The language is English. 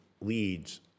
leads